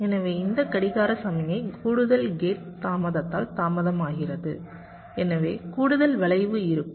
எனவே இந்த கடிகார சமிக்ஞை கூடுதல் கேட் தாமதத்தால் தாமதமாகிறது எனவே கூடுதல் வளைவு இருக்கும்